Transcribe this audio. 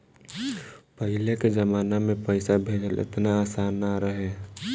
पहिले के जमाना में पईसा भेजल एतना आसान ना रहे